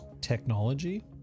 technology